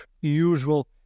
usual